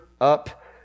up